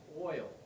oil